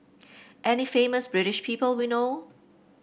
any famous British people we know